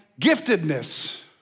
giftedness